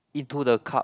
into the cup